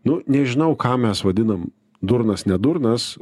nu nežinau ką mes vadinam durnas nedurnas